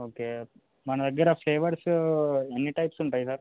okay మన దగ్గర flavours ఎన్ని టైప్స్ ఉంటాయి సార్